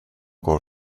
går